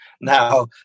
Now